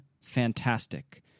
fantastic